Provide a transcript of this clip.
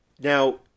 Now